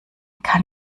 kann